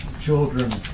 children